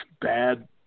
bad